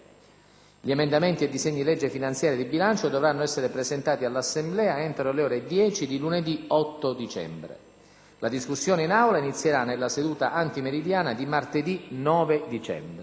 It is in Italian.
Gli emendamenti ai disegni di legge finanziaria e di bilancio dovranno essere presentati all'Assemblea entro le ore 10 di lunedì 8 dicembre. La discussione in Aula inizierà nella seduta antimeridiana di martedì 9 dicembre.